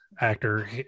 actor